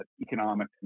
economic